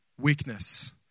weakness